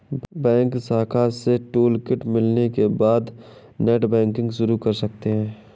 bank शाखा से toolkit मिलने के बाद नेटबैंकिंग शुरू कर सकते है